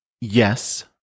Yes